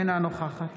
אינה נוכחת